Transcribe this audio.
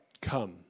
come